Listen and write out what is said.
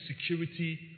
security